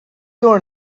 your